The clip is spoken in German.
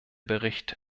bericht